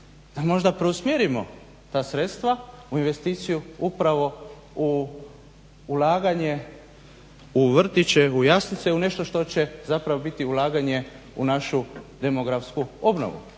da možda preusmjerimo ta sredstva u investiciju upravo u ulaganje u vrtiće, u jaslice, u nešto što će zapravo biti ulaganje u našu demografsku obnovu.